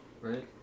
right